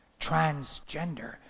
Transgender